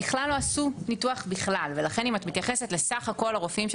בכלל לא עשו ניתוח בכלל ולכן אם את מתייחסת לסך הכול הרופאים של